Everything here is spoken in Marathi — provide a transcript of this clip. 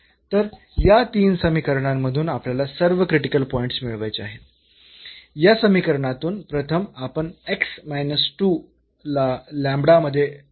तर या तीन समीकरणांमधून आपल्याला सर्व क्रिटिकल पॉईंट्स मिळवायचे आहेत या समीकरणातून प्रथम आपण ला च्या टर्म्स मध्ये लिहू